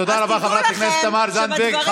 תודה רבה לחברת הכנסת תמר זנדברג.